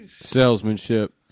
Salesmanship